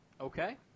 Okay